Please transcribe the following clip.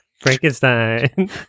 Frankenstein